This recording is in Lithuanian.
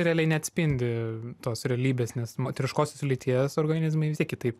realiai neatspindi tos realybės nes moteriškosios lyties organizmai vis tiek kitaip